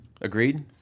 Agreed